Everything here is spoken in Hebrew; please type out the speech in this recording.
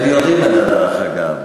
הם יודעים את זה דרך אגב.